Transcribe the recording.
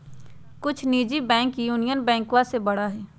कुछ निजी bank union बैंकवा से बड़ा हई